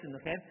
okay